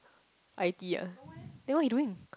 I_T ah then what he doing